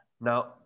Now